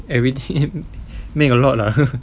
and we make a lot lah